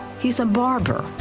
he is a barber,